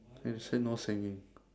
they'll say no singing